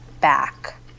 back